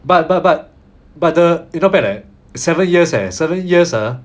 but but but but the eh not bad leh seven years eh seven years ah